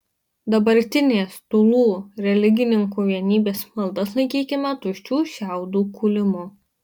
dabartinės tūlų religininkų vienybės maldas laikykime tuščių šiaudų kūlimu